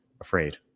afraid